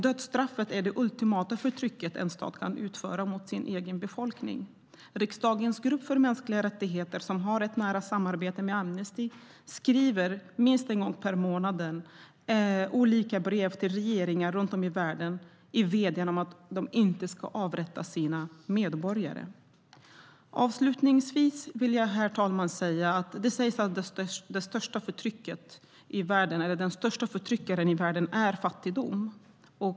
Dödsstraffet är det ultimata förtryck en stat kan bedriva mot sin egen befolkning. Riksdagens grupp för mänskliga rättigheter, som har rätt nära samarbete med Amnesty, skriver minst en gång i månaden olika brev till regeringar runt om i världen med vädjan om att de inte ska avrätta sina medborgare. Avslutningsvis: Det sägs att den största förtryckaren i världen är fattigdom.